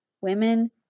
women